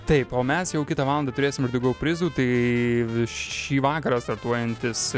taip o mes jau kitą valandą turėsim ir daugiau prizų tai šį vakarą startuojantis